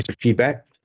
feedback